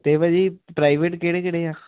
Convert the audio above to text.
ਅਤੇ ਭਾਅ ਜੀ ਪ੍ਰਾਈਵੇਟ ਕਿਹੜੇ ਕਿਹੜੇ ਆ